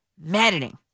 maddening